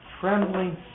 trembling